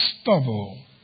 stubble